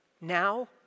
now